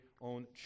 own